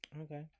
Okay